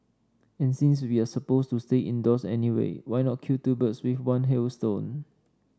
and since we're supposed to stay indoors anyway why not kill two birds with one hailstone